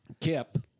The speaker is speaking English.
Kip